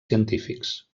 científics